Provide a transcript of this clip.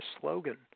slogan